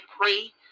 pray